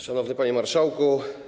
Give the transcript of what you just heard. Szanowny Panie Marszałku!